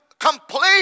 complete